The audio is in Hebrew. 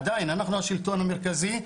עדיין אנחנו השלטון המרכזי,